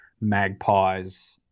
magpies